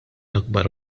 akbar